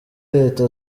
leta